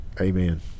amen